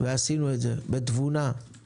עשינו את זה בתבונה.